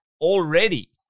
already